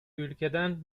ülkeden